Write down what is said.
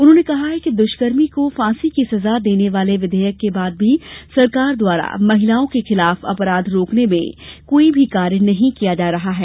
उन्होंने कहा कि दूष्कर्मी को फांसी की सजा देने वाले विघेयक के बाद भी सरकार द्वारा महिलाओं के खिलाफ अपराध रोकने में कोई भी कार्य नहीं किया जा रहा है